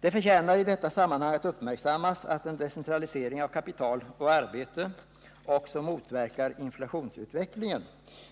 Det förtjänar i detta sammanhang uppmärksammas att en decentralisering av kapital och arbete också motverkar inflationsutvecklingen.